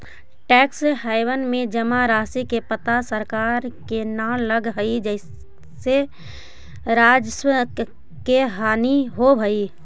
tax haven में जमा राशि के पता सरकार के न लगऽ हई जेसे राजस्व के हानि होवऽ हई